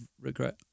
regret